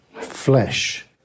flesh